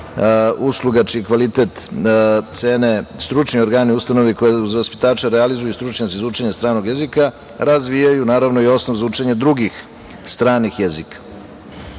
usluga čiji kvalitet cene stručni organi ustanove i koja za vaspitača realizuju stručnjaci za učenje stranog jezika razvijaju, naravno, i osnov za učenje drugih stranih jezika. Norma